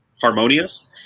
harmonious